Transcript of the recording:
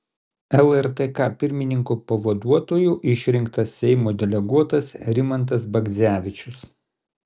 lrtk pirmininko pavaduotoju išrinktas seimo deleguotas rimantas bagdzevičius